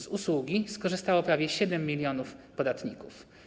Z usługi skorzystało prawie 7 mln podatników.